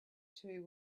two